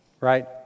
right